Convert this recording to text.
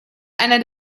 einer